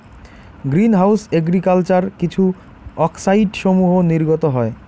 green house agriculture কিছু অক্সাইডসমূহ নির্গত হয়